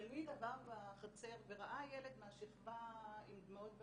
תלמיד עבר בחצר וראה ילד מהשכבה עם דמעות בעיניים,